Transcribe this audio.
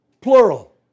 plural